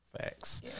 Facts